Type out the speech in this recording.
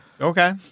Okay